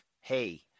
hey